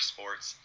Sports